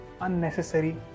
unnecessary